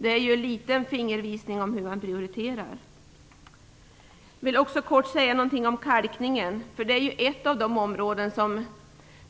Det är en liten fingervisning om hur man prioriterar. Sedan helt kort några ord om kalkningen, ett av de områden